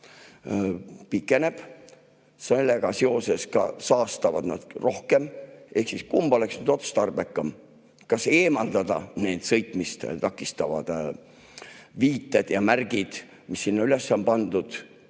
pikenenud ja sellega seoses nad ka saastavad rohkem. Ehk kumb oleks otstarbekam? Kas eemaldada need sõitmist takistavad viited ja märgid, mis sinna üles on pandud,